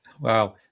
Wow